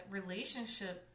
relationship